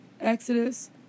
Exodus